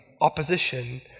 opposition